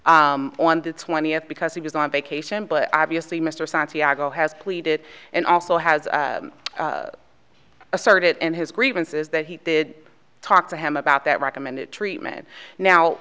on the twentieth because he was on vacation but obviously mr santiago has pleaded and also has asserted and his grievances that he did talk to him about that recommended treatment now